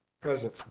Present